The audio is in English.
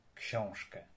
książkę